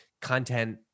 content